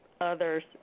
others